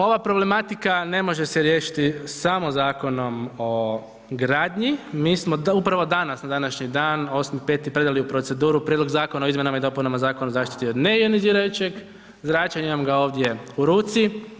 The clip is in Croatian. Ova problematika ne može se riješiti samo Zakonom o gradnji, mi smo, upravo danas na današnji dan, 8.5. predali u proceduru Prijedlog zakona o izmjenama i dopunama Zakona o zaštiti od neionizirajućeg zračenja, imam ga ovdje u ruci.